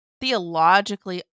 theologically